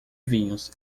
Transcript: vinhos